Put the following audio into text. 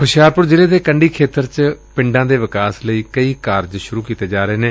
ਹੁਸ਼ਿਆਰਪੁਰ ਜ਼ਿਲ੍ਨੇ ਦੇ ਕੰਢੀ ਖੇਤਰ ਚ ਪਿੰਡਾਂ ਦੇ ਵਿਕਾਸ ਲਈ ਕਈ ਕਾਰਜ ਸੁਰੂ ਕੀਤੇ ਜਾ ਰਹੇ ਨੇ